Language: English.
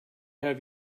have